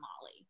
Molly